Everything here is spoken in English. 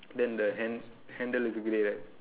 then the hand~ handle is grey right